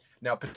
Now